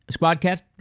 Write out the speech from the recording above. Squadcast